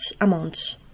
amounts